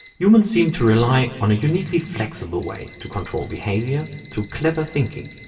humans seem to rely on a uniquely flexible way to control behavior through clever thinking.